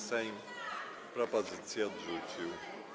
Sejm propozycje odrzucił.